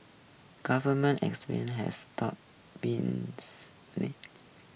government explain has stop been